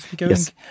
Yes